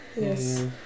Yes